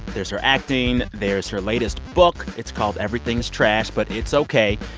there's her acting. there's her latest book. it's called everything's trash, but it's okay.